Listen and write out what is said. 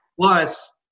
Plus